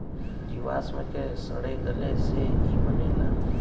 जीवाश्म के सड़े गले से ई बनेला